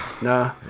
Nah